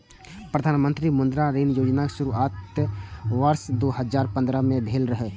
प्रधानमंत्री मुद्रा ऋण योजनाक शुरुआत वर्ष दू हजार पंद्रह में भेल रहै